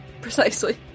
Precisely